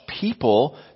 people